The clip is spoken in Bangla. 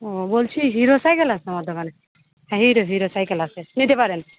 ও বলছি হিরো সাইকেল আছে আমার দোকানে হ্যাঁ হিরো হিরো সাইকেল আছে নিতে পারেন